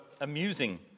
amusing